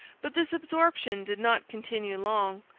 but this absorption did not continue long,